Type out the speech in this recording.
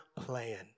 plan